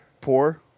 Poor